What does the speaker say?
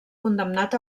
condemnat